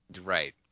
Right